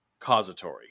causatory